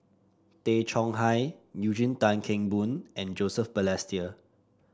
Tay Chong Hai Eugene Tan Kheng Boon and Joseph Balestier